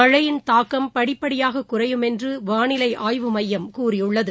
மழையின் தாக்கம் படிப்படியாக குறையும் என்று வானிலை ஆய்வு மையம் கூறியுள்ளது